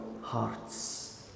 hearts